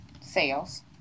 Sales